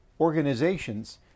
organizations